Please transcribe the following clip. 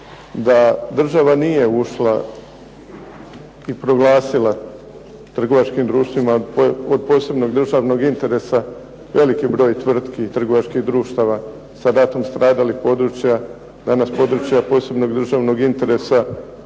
Da država nije ušla i proglasila u trgovačkim društvima od posebnog državnog interesa veliki broj tvrtki i trgovačkih društava sa ratom stradalih područja, danas područja od posebnog državnog interesa